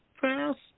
fast